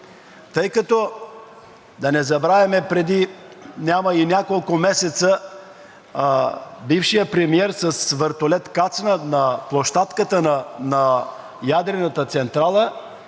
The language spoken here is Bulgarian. лиценз. Да не забравяме, че преди няма и няколко месеца бившият премиер с вертолет кацна на площадката на ядрената централа